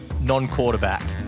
non-quarterback